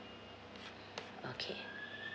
okay